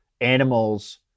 animals